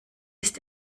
ist